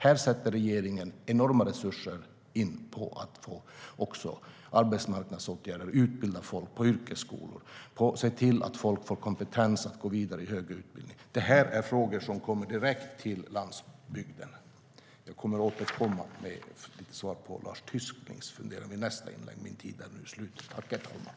Här sätter regeringen in enorma resurser på arbetsmarknadsåtgärder, att utbilda människor på yrkesskolor och att se till att människor får kompetens att gå vidare i högre utbildning. Det är frågor som direkt berör landsbygden. Jag återkommer med lite svar på Lars Tysklinds funderingar i mitt nästa inlägg.